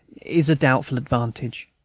is a doubtful advantage.